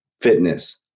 fitness